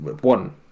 one